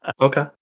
Okay